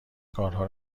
کارها